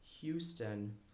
Houston